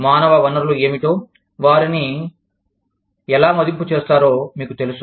మానవ వనరులు ఏమిటో వారిని ఎలా మదింపు చేస్తారో మీకు తెలుసు